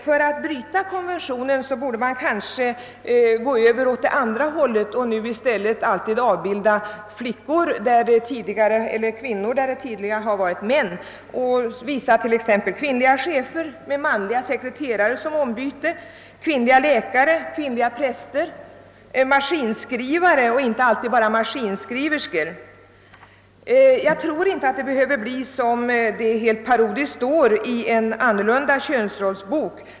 För att bryta konventionen borde man kanske gå över åt andra hållet och nu i stället alltid avbilda kvinnor där det tidigare varit män och visa t.ex. kvinnliga chefer med manliga sekreterare, kvinnliga läkare, kvinnliga präster, maskinskrivare och inte alltid maskinskriverskor etc. Jag tror ändå inte att det behöver bli så som det parodiskt framställs i »en annorlunda könsrollsbok».